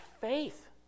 faith